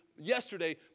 yesterday